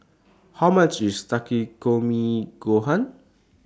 How much IS Takikomi Gohan